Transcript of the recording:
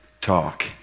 talk